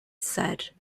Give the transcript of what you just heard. said